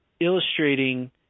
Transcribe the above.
illustrating